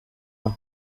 hano